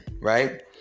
right